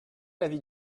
l’avis